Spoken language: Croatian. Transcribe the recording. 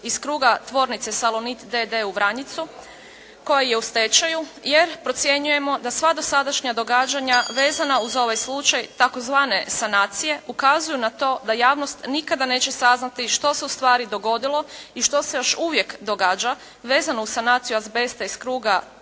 iz kruga tvornice Salonit d.d. u Vranjicu koja je u stečaju jer procjenjujemo da sva dosadašnja događanja vezana uz ovaj slučaj, tzv. sanacije ukazuju na to da javnost nikada neće saznati što se ustvari dogodilo i što se još uvijek događa vezano uz sanaciju azbesta iz kruga Salonita